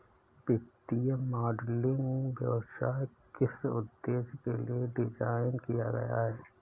वित्तीय मॉडलिंग व्यवसाय किस उद्देश्य के लिए डिज़ाइन किया गया है?